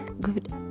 Good